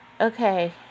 Okay